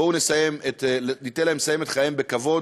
בואו ניתן להם לסיים את חייהם בכבוד.